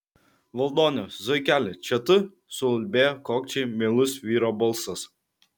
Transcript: valdone zuikeli čia tu suulbėjo kokčiai meilus vyro balsas